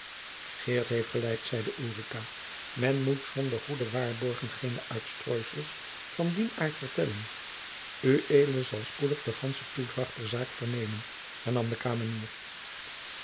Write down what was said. heeft gelijk zelde ulrica men moet zonder goede waarborgen geene uitstrooisels van dien aart vertellen jacob van lennep de pleegzoon ued zal spoedig de gandsche toedracht der zaak vernemen hernam de